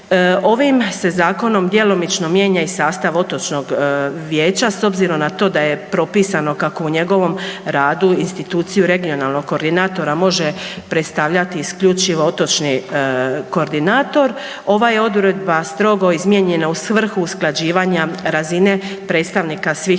Ovim se zakonom djelomično mijenja i sastav Otočnog vijeća s obzirom na to da je propisano kako u njegovom radu instituciju regionalnog koordinatora može predstavljati isključivo otočni koordinator, ova je odredba strogo izmijenjena u svrhu usklađivanja razine predstavnika svih